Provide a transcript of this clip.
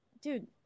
dude